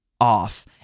off